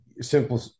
simple